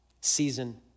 season